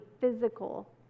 physical